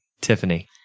tiffany